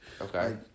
okay